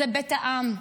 זה בית העם,